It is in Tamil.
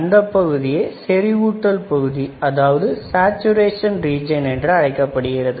அந்தப் பகுதியே செறிவூட்டல் பகுதி என்று அழைக்கப்படுகிறது